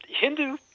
Hindu